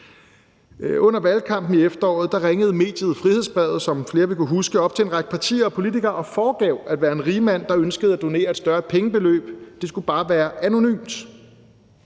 Under valgkampen i efteråret ringede mediet Frihedsbrevet, som flere vil kunne huske, op til en række partier og politikere og foregav at være en rigmand, der ønskede at donere et større pengebeløb, det skulle bare være anonymt,